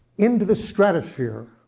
into the stratosphere.